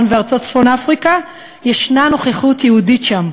וארצות צפון-אפריקה ישנה נוכחות יהודית שם,